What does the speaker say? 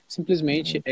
Simplesmente